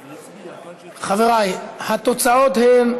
חברי, התוצאות הן: